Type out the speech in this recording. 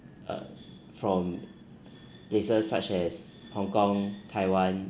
uh from places such as hong kong taiwan